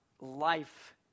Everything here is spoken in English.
life